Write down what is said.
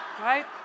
Right